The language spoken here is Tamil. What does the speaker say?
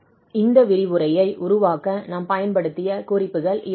இந்த விரிவுரையை உருவாக்க நாம் பயன்படுத்திய குறிப்புகள் இவையாகும்